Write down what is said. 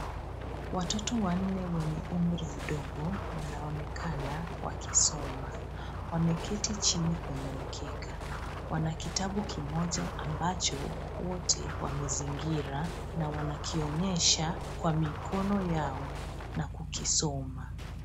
Watoto wanne wenye umri mdogo wanaonekana wakisoma. Wameketi chini kwenye mkeka. Wanakitabu kimoja ambacho wote wamezingira na wanakionyesha kwa mikono yao na kukisoma.